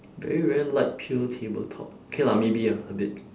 very very light pale tabletop okay lah maybe ah a bit